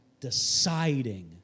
deciding